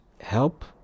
help